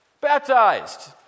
baptized